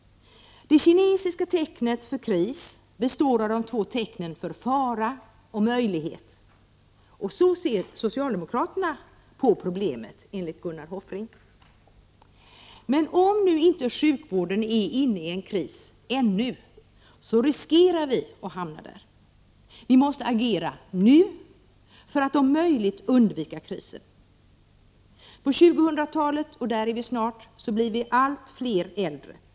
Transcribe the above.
Det kinesiska tecknet för kris består av de två tecknen för fara och möjlighet. Så ser socialdemokraterna på problemet enligt Gunnar Hofring. Men om nu inte sjukvården är inne i en kris ännu, riskerar vi att hamna där. Vi måste agera nu för att om möjligt undvika krisen. På 2000-talet — där är vi snart — blir vi allt fler äldre.